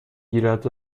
گیرد